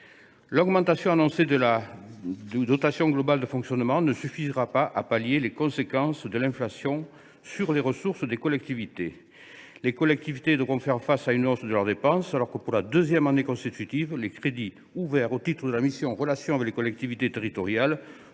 L’augmentation annoncée de la dotation globale de fonctionnement ne suffira pas à remédier aux conséquences de l’inflation sur les ressources des collectivités. Les collectivités devront faire face à une hausse de leurs dépenses alors que, pour la deuxième année consécutive, les crédits ouverts au titre de la mission « Relations avec les collectivités territoriales »